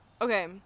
okay